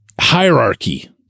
hierarchy